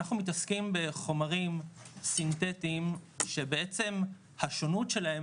אנחנו מתעסקים בחומרים סינטטיים שבעצם השונות שלהם